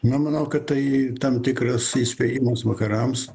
na manau kad tai tam tikras įspėjimas vakarams